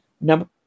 Number